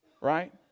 right